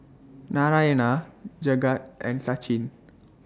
Narayana Jagat and Sachin